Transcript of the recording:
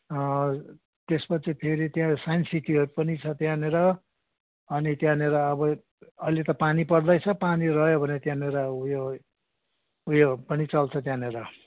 त्यसपछि फेरि त्यहाँ साइन्स सिटीहरू पनि छ त्यहाँनिर अनि त्यहाँनिर अब अहिले त पानी पर्दैछ पानी रह्यो भने त्यहाँनिर उयो उयो पनि चल्छ त्यहाँनिर